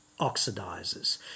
oxidizes